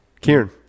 kieran